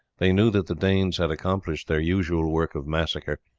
they knew that the danes had accomplished their usual work of massacre,